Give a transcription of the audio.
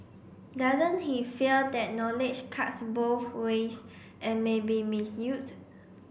doesn't he fear that knowledge cuts both ways and may be misused